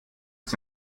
ist